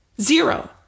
zero